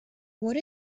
what